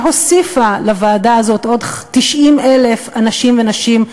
שהוסיף לוועדה הזאת עוד 90,000 אנשים ונשים,